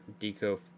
Deco